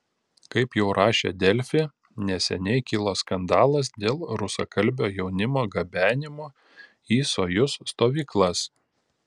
kaip jau rašė delfi neseniai kilo skandalas dėl rusakalbio jaunimo gabenimo į sojuz stovyklas